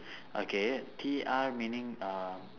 okay T R meaning uh